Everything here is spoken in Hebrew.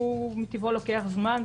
שהוא מטבעו לוקח זמן,